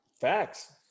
Facts